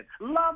Love